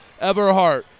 Everhart